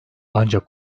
ancak